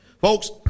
Folks